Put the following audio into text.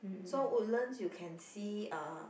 so Woodlands you can see uh